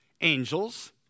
Angels